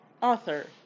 author